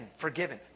forgiven